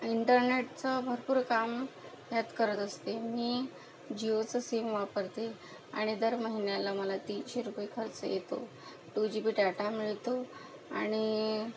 इंटरनेटचं भरपूर काम ह्यात करत असते मी जिओचं सिम वापरते आणि दर महिन्याला मला तीनशे रुपये खर्च येतो टू जी बी डाटा मिळतो आणि